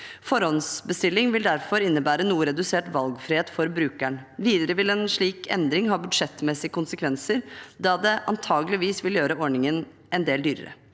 Forhåndsbestilling vil derfor innebære noe redusert valgfrihet for brukeren. Videre vil en slik endring ha budsjettmessige konsekvenser da det antakeligvis vil gjøre ordningen en del dyrere.